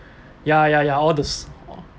ya ya ya all those